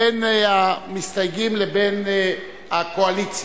בין המסתייגים לבין הקואליציה,